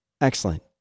Excellent